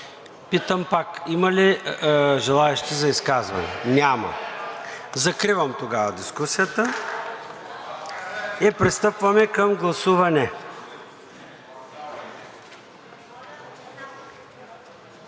Питам пак – има ли желаещи за изказвания? Няма. Закривам тогава дискусията и пристъпваме към гласуване.